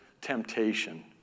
temptation